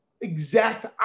exact